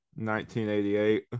1988